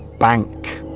bank